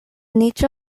niĉo